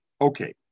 okay